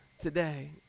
today